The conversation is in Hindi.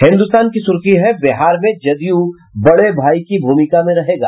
हिन्दुस्तान की सुर्खी है बिहार में जदयू बड़े भाई की भूमिका में रहेगा